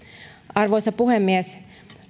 arvoisa puhemies